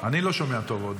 ואני לא שומע טוב.